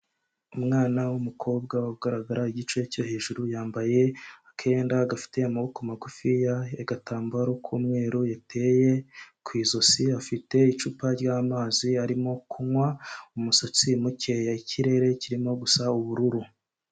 Umwana w'umukobwa ugaragara igice cyo hejuru, yambaye akenda gafite amaboko magufiya, y'agatambaro k'umweru yateye ku ijosi, afite icupa ryamazi arimo kunywa, umusatsi mukeya, ikirere kirimo gusa ubururu.